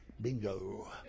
bingo